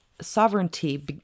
sovereignty